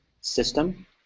system